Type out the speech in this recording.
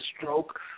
stroke